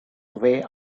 way